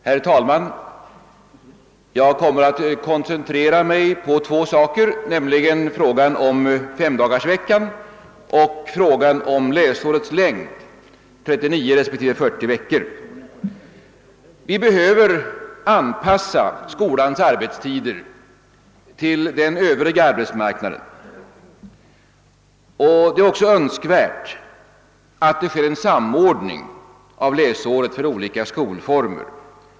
Herr talman! Jag kommer att koncentrera mig på två saker, nämligen fråsan om femdagarsveckan och frågan om läsårets längd, 39 respektive 40 veckor. Vi behöver anpassa skolans arbetstider till den övriga arbetsmarknadens. Det är också önskvärt att det sker en samordning av läsåret för olika skolformer.